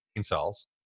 cells